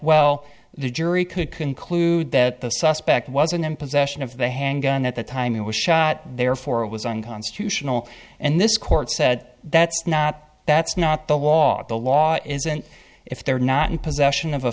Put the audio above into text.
well the jury could conclude that the suspect was in them possession of the handgun at the time it was shot therefore it was unconstitutional and this court said that's not that's not the law the law is and if they're not in possession of a